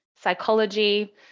psychology